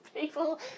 people